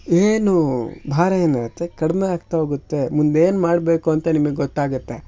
ಏನು ಭಾರ ಏನಿರತ್ತೆ ಕಡಿಮೆಯಾಗ್ತಾ ಹೋಗತ್ತೆ ಮುಂದೇನು ಮಾಡಬೇಕು ಅಂತ ನಿಮಿಗೆ ಗೊತ್ತಾಗತ್ತೆ